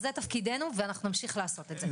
זה תפקידנו ונמשיך לעשות את זה.